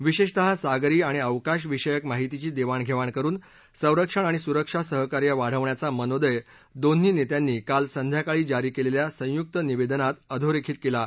विशेषतः सागरी आणि अवकाशविषयक माहितीची देवाण घेवाण करुन संरक्षण आणि सुरक्षा सहकार्य वाढवण्याचा मनोदय दोन्ही नेत्यांनी काल संध्याकाळी जारी केलेल्या संयुक्त निवेदनात अधोरेखित केला आहे